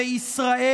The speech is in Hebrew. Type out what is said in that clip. בישראל,